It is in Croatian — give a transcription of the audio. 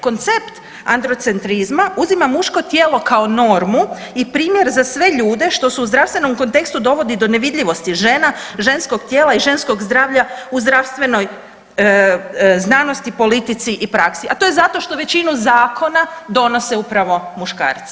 Koncept androcentrizma uzima muško tijelo kao normu i primjer za sve ljude što se u zdravstvenom kontekstu dovodi do nevidljivosti žena, ženskog tijela i ženskog zdravlja u zdravstvenoj znanosti, politici i praksi a to je zato što većinu zakona donose upravo muškarci.